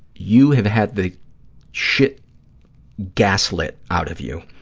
you have had the shit gas-lit out of you,